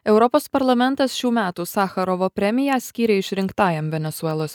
europos parlamentas šių metų sacharovo premiją skyrė išrinktajam venesuelos